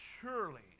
Surely